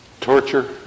Torture